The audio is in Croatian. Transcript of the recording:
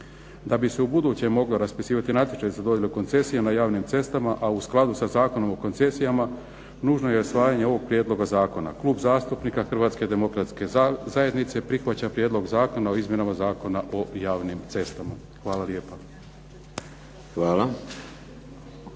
Da bi se u budući mogao raspisivati natječaj za dodjelu koncesija na javnim cestama, a u skladu sa Zakonom o koncesijama nužno je usvajanje ovog prijedloga zakona. Klub zastupnika Hrvatske demokratske zajednice prihvaća Prijedlog zakona o izmjenama Zakona o javnim cestama. Hvala lijepa.